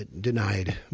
denied